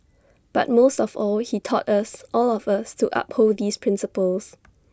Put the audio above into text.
but most of all he taught us all of us to uphold these principles